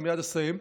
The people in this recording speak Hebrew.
אני מייד אסיים.